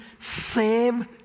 save